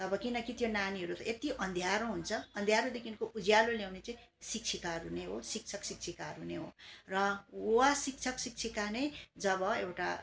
तब किनकि त्यो नानीहरू यति अँध्यारो हुन्छ अँध्यारोदेखिको उज्यालो ल्याउने चाहिँ शिक्षिकाहरू नै हो शिक्षक शिक्षिकाहरू नै हो र वा शिक्षक शिक्षिका नै जब एउटा